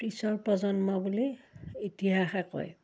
পিছৰ প্ৰজন্ম বুলি ইতিহাসে কয়